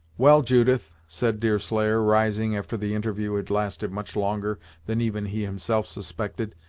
well, judith, said deerslayer, rising, after the interview had lasted much longer than even he himself suspected,